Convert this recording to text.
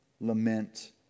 lament